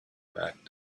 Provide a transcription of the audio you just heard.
back